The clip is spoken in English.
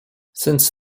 since